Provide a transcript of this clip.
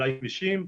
בלאי כבישים.